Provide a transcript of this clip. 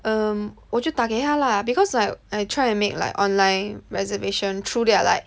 um 我就打给他 lah because like I tried to make like online reservation through their like